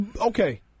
okay